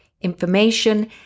information